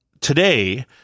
today